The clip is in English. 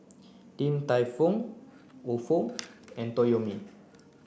Din Tai Fung Ofo and Toyomi